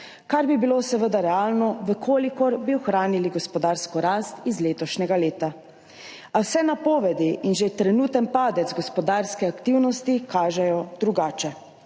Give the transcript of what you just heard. kar bi bilo seveda realno, če bi ohranili gospodarsko rast iz letošnjega leta, a vse napovedi in že trenutni padec gospodarske aktivnosti kažejo drugače.